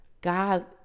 God